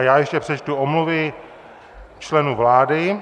Já ještě přečtu omluvy členů vlády.